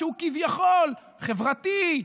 שהוא כביכול חברתי,